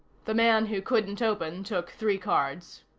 the man who couldn't open took three cards.